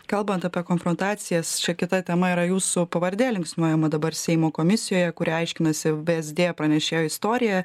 kalbant apie konfrontacijas čia kita tema yra jūsų pavardė linksniuojama dabar seimo komisijoje kurią aiškinasi vsd pranešėjo istoriją